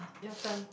your turn